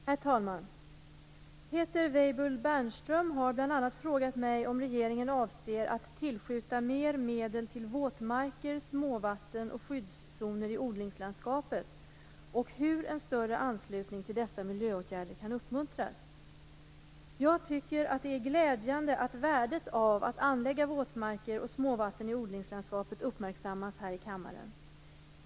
Herr talman! Peter Weibull Bernström har bl.a. frågat mig om regeringen avser att tillskjuta mer medel till våtmarker, småvatten och skyddszoner i odlingslandskapet och hur en större anslutning till dessa miljöåtgärder kan uppmuntras. Jag tycker att det är glädjande att värdet av att anlägga våtmarker och småvatten i odlingslandskapet uppmärksammas här i kammaren!